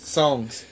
songs